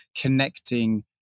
connecting